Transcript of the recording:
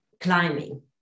climbing